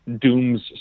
dooms